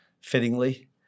fittingly